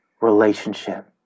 relationship